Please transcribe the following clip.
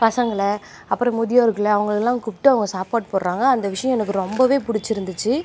பசங்களை அப்புறம் முதியோர்களை அவங்களெல்லாம் கூப்பிட்டு அவங்க சாப்பாடு போடுறாங்க அந்த விஷயம் எனக்கு ரொம்பவே பிடிச்சிருந்துச்சு